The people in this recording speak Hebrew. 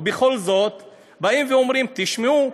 ובכל זאת באים ואומרים: תשמעו,